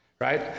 right